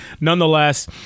nonetheless